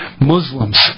Muslims